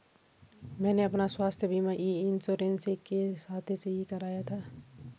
मैंने अपना स्वास्थ्य बीमा ई इन्श्योरेन्स के खाते से ही कराया था